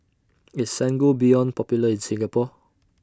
IS Sangobion Popular in Singapore